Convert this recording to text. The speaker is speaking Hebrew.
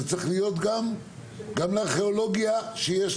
זה צריך להיות גם לארכיאולוגיה שיש